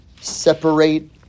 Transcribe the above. separate